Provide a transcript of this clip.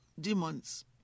demons